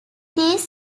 these